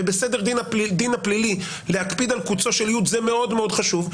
ובסדר הדין הפלילי להקפיד על קוצו של יו"ד זה מאוד מאוד חשוב,